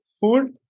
food